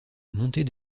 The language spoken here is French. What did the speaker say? monter